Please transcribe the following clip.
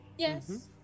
Yes